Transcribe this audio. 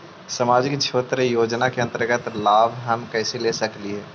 समाजिक क्षेत्र योजना के अंतर्गत लाभ हम कैसे ले सकतें हैं?